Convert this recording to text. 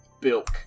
bilk